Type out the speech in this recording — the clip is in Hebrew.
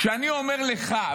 כשאני אומר לך,